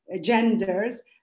genders